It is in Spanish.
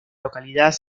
localidad